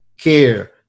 care